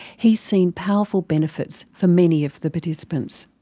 he's seen powerful benefits for many of the participants.